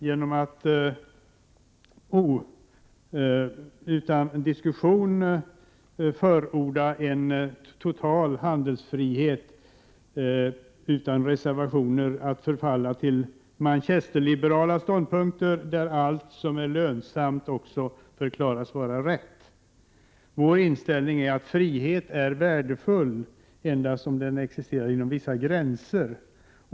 Genom att utan diskussion förorda en total handelsfrihet, alltså utan reservationer, tenderar utskottet att förfalla till manchesterliberala ståndpunkter där allt som är lönsamt också förklaras vara rätt. Vår inställning är att frihet är värdefull endast om den existerar inom vissa gränser.